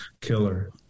killer